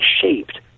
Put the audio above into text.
shaped